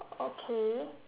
okay